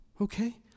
okay